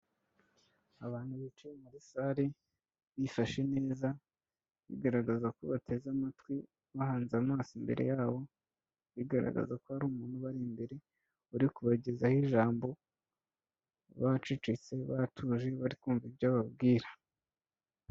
Abantu bicaye muri sale bifashe neza bigaragaza ko bateze amatwi bahanze amaso imbere yabo, bigaragaza ko hari umuntu ubari imbere uri kubagezaho ijambo, bacecetse baratuje, bari kumva ibyo ababwira.